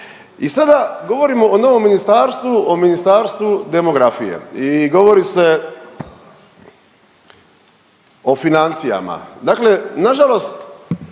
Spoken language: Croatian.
I sada govorimo o novom ministarstvu o Ministarstvu demografije i govori se o financijama, dakle nažalost